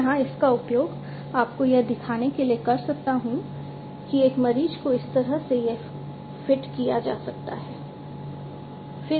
मैं यहां इसका उपयोग आपको यह दिखाने के लिए कर सकता हूं कि एक मरीज को इस तरह से यह फिट किया जा सकता है